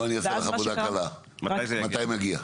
מתי זה מגיע?